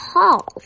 half